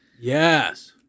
Yes